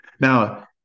Now